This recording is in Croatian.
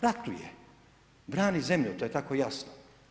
Ratuje, brani zemlju to je tako jasno.